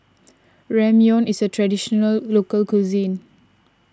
Ramyeon is a Traditional Local Cuisine